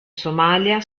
somalia